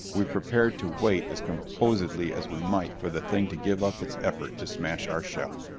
we prepared to wait as composedly as we might for the thing to give up its effort to smash our shell.